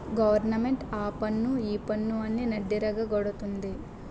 government ఆపన్ను ఈపన్ను అని నడ్డిరగ గొడతంది